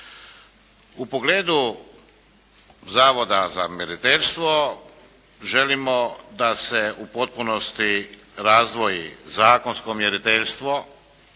U pogledu Zavoda za mjeriteljstvo želimo da se u potpunosti razdvoji zakonsko mjeriteljstvo